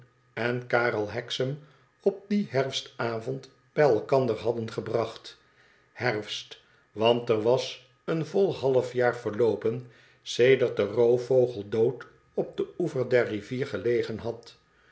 en karel hexam op dien herfistavond bij elkander hadden gebracht herfet want er was een vol halfjaar verloopen sedert de roofvogel dood op den oever der rivier gelegen had